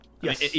Yes